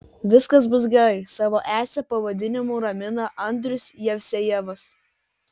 viskas bus gerai savo esė pavadinimu ramina andrius jevsejevas